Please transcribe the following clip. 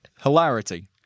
hilarity